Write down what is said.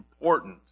important